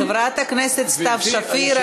חברת הכנסת סתיו שפיר,